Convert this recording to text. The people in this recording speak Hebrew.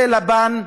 זה, לפן הדיוני.